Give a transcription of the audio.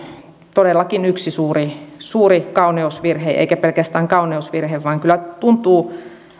todellakin yksi suuri suuri kauneusvirhe eikä pelkästään kauneusvirhe vaan kyllä tuntuu